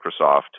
Microsoft